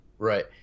Right